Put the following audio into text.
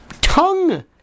tongue